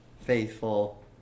faithful